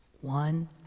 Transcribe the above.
one